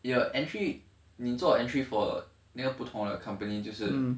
your entry 你做 entry for 那个不同的 company 就是